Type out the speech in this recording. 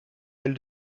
elle